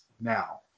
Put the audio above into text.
now